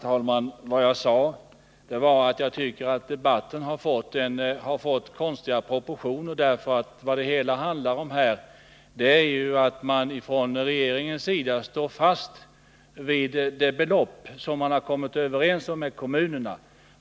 Herr talman! Vad jag sade var att jag tycker att debatten har fått konstiga proportioner, därför att vad det hela handlar om är ju att man från regeringens sida står fast vid det belopp man har kommit överens om med kommunerna.